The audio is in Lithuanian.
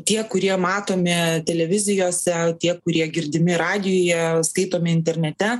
tie kurie matomi televizijose tie kurie girdimi radijuje skaitomi internete